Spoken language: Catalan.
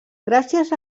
gràcies